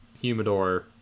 Humidor